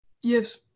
Yes